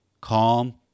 calm